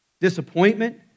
disappointment